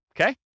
okay